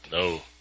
No